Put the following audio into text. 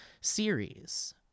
series